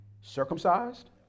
circumcised